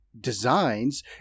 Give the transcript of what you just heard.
designs